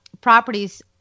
properties